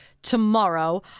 tomorrow